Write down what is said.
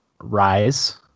Rise